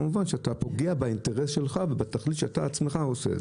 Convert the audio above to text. אם הנושא הזה לא יטופל כמו שצריך, אני